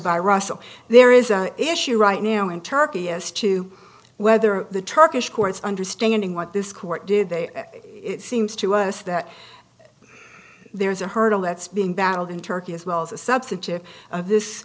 by russell there is an issue right now in turkey as to whether the turkish court's understanding what this court did they are it seems to us that there's a hurdle that's being battled in turkey as well as a substantive of this